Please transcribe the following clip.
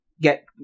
get